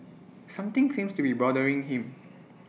something seems to be bothering him